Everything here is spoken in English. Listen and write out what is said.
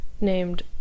named